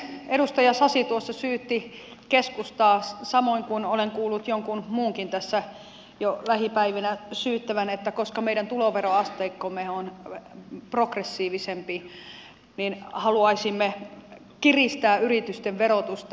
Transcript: edustaja sasi tuossa syytti keskustaa samoin kuin olen kuullut jonkun muunkin tässä jo lähipäivinä syyttävän että koska meidän tuloveroasteikkomme on progressiivisempi niin haluaisimme kiristää yritysten verotusta